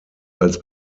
als